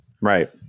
Right